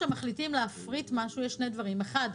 כשמחליטים להפריט משהו יש שני דברים: האחד,